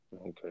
Okay